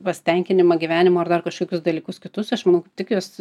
pasitenkinimą gyvenimu ar dar kažkokius dalykus kitus aš manau kaip tik juos